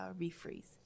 refreeze